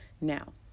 now